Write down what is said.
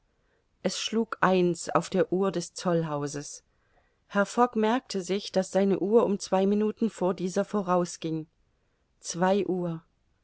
es schlug eins auf der uhr des zollhauses herr fogg merkte sich daß seine uhr um zwei minuten vor dieser voraus ging zwei uhr